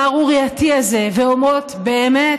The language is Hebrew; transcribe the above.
השערורייתי הזה, ואומרות: באמת,